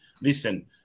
listen